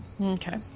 okay